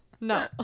No